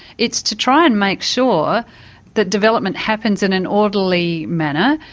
it's to try and make sure that development happens in an orderly manner,